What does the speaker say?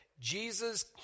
Jesus